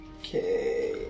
Okay